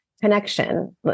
connection